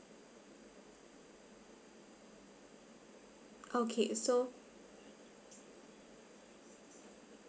okay so